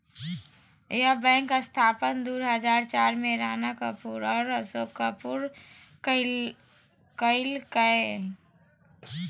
yes Bank स्थापना दू हजार चार में राणा कपूर और अशोक कपूर कइलकय